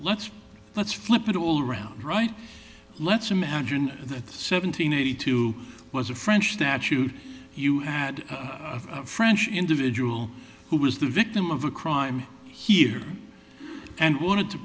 let's let's flip it all round right let's imagine that seventeen eighty two was a french statute you had a french individual who was the victim of a crime here and wanted to